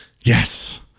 Yes